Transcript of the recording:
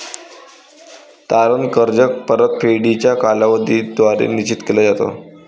तारण कर्ज परतफेडीचा कालावधी द्वारे निश्चित केला जातो